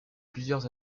plusieurs